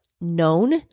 known